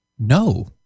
No